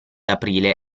aprile